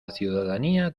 ciudadanía